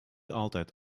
altijd